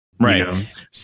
right